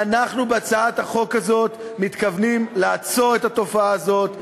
ואנחנו בהצעת החוק הזאת מתכוונים לעצור את התופעה הזאת,